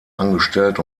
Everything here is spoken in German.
angestellt